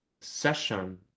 session